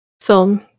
film